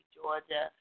Georgia